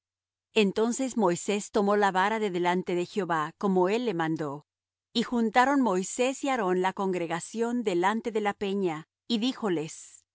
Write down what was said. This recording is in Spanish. entonces moisés tomó la vara de delante de jehová como él le mandó y juntaron moisés y aarón la congregación delante de la peña y díjoles oid